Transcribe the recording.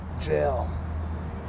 Jail